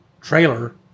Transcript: trailer